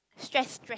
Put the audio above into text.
stress stress